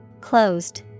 Closed